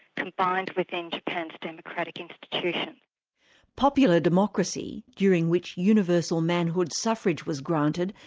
combined within japan's democratic institutions. popular democracy, during which universal manhood suffrage was granted,